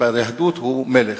ביהדות הוא מלך.